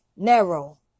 narrow